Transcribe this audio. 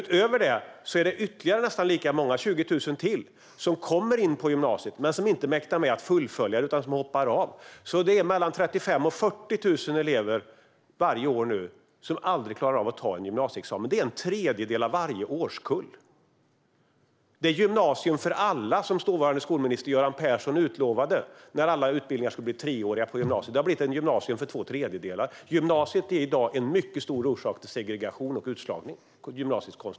Utöver dessa är det ytterligare nästan lika många, 20 000 till, som kommer in på gymnasiet men som inte mäktar med att fullfölja det utan som hoppar av. Det är alltså mellan 35 000 och 40 000 elever varje år som inte klarar av att ta en gymnasieexamen. Det är en tredjedel av varje årskull. Det gymnasium för alla som dåvarande skolminister Göran Persson utlovade när alla utbildningar skulle bli treåriga på gymnasiet har blivit ett gymnasium för två tredjedelar. Gymnasiet och dess konstruktion är i dag en mycket stor orsak till segregation och utslagning.